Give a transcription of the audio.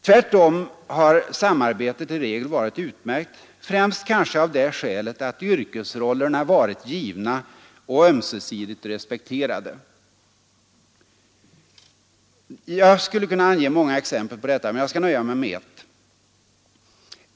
Tvärtom har samarbetet i regel varit utmärkt, främst kanske av det skälet att yrkesrollerna varit givna och ömsesidigt respekterade. Jag skulle kunna ange många exempel på detta, men jag skall nöja mig med ett.